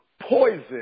poison